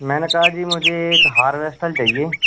मैंने कहा जी मुझे एक हार्वेस्टल चाहिए